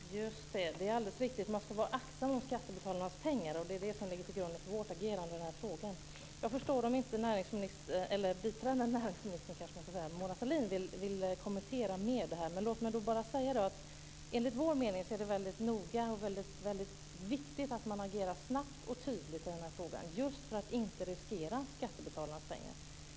Fru talman! Det är alldeles riktigt att man ska vara aktsam om skattebetalarnas pengar, och det är det som ligger till grund för vårt agerande i den här frågan. Jag förstår om biträdande näringsminister Mona Sahlin inte vill kommentera det här mer. Låt mig bara säga att det enligt vår mening är väldigt noga och viktigt att man agerar snabbt och tydligt i den här frågan, just för att inte riskera skattebetalarnas pengar.